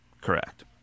Correct